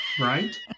Right